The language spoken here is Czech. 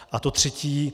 A to třetí.